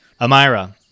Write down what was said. Amira